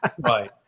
Right